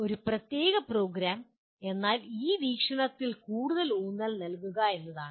ഒരു പ്രത്യേക പ്രോഗ്രാം എന്നാൽ ഈ വീക്ഷണത്തിൽ കൂടുതൽ ഊന്നൽ നൽകുക എന്നതാണ്